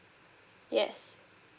yes